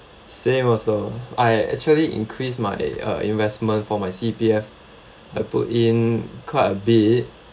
same also I actually increase my uh investment for my C_P_F I put in quite a bit